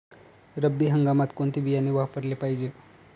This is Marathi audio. रब्बी हंगामात कोणते बियाणे वापरले पाहिजे?